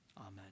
Amen